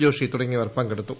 ജോഷി തുടങ്ങിയ്വർ പങ്കെടുത്തു